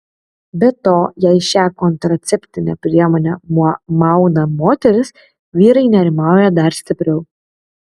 be to jei šią kontraceptinę priemonę mauna moteris vyrai nerimauja dar stipriau